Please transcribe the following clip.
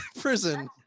prison